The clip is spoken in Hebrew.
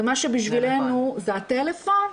זה מה שבשבילנו הטלפון,